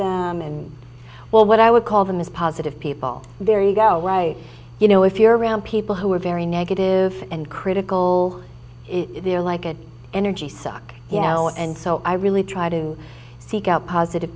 them and well what i would call them is positive people their ego right you know if you're around people who are very negative and critical is there like an energy suck you know and so i really try to seek out positive